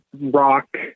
rock